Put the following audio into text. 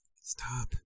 Stop